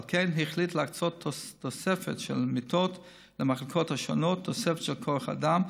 ועל כן החליט להקצות תוספת של מיטות למחלקות השונות ותוספת של כוח אדם,